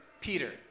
Peter